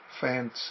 fancy